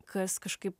kas kažkaip